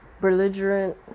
belligerent